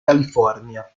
california